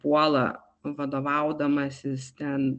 puola vadovaudamasis ten